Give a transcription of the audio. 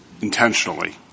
intentionally